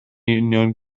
union